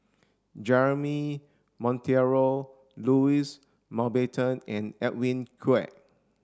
Jeremy Monteiro Louis Mountbatten and Edwin Koek